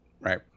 right